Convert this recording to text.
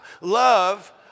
Love